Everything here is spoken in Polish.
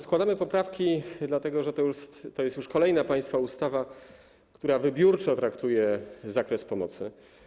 Składamy poprawki, dlatego że to jest już kolejna państwa ustawa, która wybiórczo traktuje zakres pomocy.